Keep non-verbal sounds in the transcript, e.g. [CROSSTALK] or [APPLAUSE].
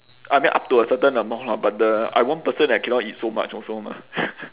I mean up to a certain amount lah but the I one person I cannot eat so much also mah [LAUGHS]